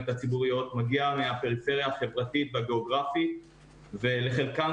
הציבוריות מגיע מהפריפריה החברתית והגיאוגרפית ולחלקם